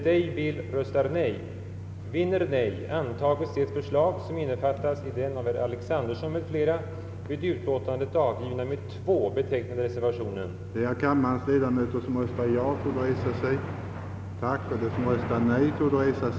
Man har inte hört att användandet av den titeln har medfört några nämnvärda komplikationer.